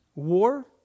War